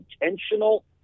intentional